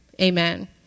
amen